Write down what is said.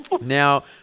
Now